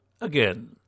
again